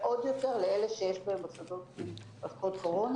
ועוד יותר לאלה שבמוסדות עם קורונה.